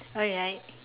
alright